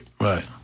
Right